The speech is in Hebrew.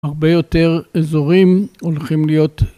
הרבה יותר אזורים הולכים להיות